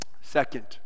Second